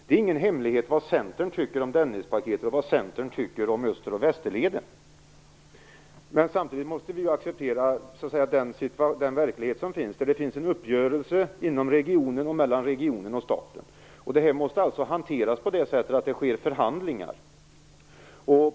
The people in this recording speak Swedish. Det är ingen hemlighet vad Centern tycker om Dennispaketet och vad Centern tycker om Öster och Västerleden. Men samtidigt måste vi acceptera den verklighet som finns. Det finns en uppgörelse inom regionen och mellan regionen och staten. Detta måste hanteras på det sättet att det sker förhandlingar.